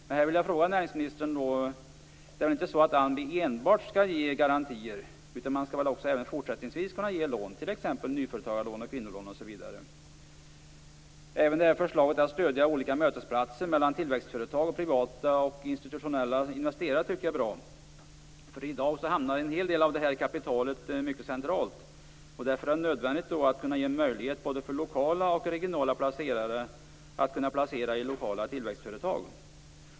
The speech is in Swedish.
Jag vill fråga näringsministern: Det är väl inte meningen att ALMI enbart skall ge garantier? Man skall väl även fortsättningsvis kunna ge lån, t.ex. nyföretagarlån, kvinnolån osv.? Även förslaget att stödja olika mötesplatser mellan tillväxtföretag och privata och institutionella investerare, tycker jag är bra. I dag hamnar en hel del av det kapitalet mycket centralt. Därför är det nödvändigt att ge möjlighet både för lokala och regionala placerare att placera i lokala tillväxtföretag.